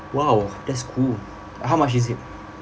!wow! that's cool how much is it